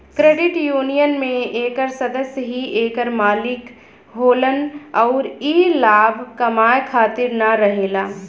credit union में एकर सदस्य ही एकर मालिक होलन अउर ई लाभ कमाए खातिर न रहेला